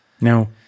No